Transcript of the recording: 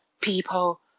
people